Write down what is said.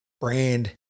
brand